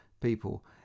people